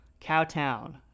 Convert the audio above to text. Cowtown